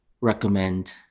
recommend